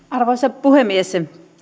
arvoisa puhemies